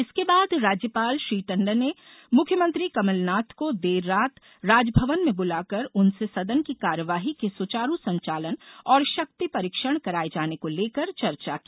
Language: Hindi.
इसके बाद राज्यपाल श्री टंडन ने मुख्यमंत्री कमलनाथ को देर रात राजभवन में बुलाकर उनसे सदन की कार्यवाही के सुचारू संचालन और शक्ति परीक्षण कराये जाने को लेकर चर्चा की